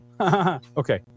Okay